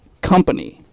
company